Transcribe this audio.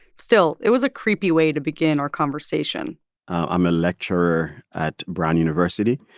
still, it was a creepy way to begin our conversation i'm a lecturer at brown university,